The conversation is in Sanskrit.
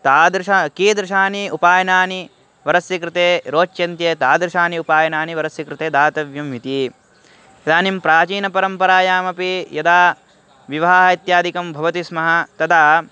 तादृशानि कीदृशानि उपायनानि वरस्य कृते रोचन्ते तादृशानि उपायनानि वरस्य कृते दातव्यानि इति इदानीं प्राचीनपरम्परायामपि यदा विवाहः इत्यादिकं भवन्ति स्म तदा